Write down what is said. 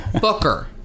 Booker